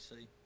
see